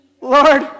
Lord